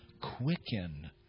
quicken